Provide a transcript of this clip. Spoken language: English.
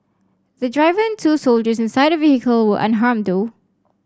the driver and two soldiers inside the vehicle were unharmed though